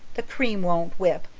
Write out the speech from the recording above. the cream won't whip.